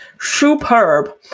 superb